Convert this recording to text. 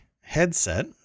headset